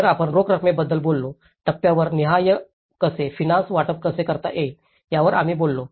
तर आम्ही रोख रकमेबद्दल बोललो टप्प्यावर निहाय कसे फिनान्स वाटप कसे करता येईल यावर आम्ही बोललो